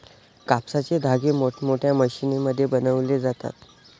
कापसाचे धागे मोठमोठ्या मशीनमध्ये बनवले जातात